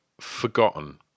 forgotten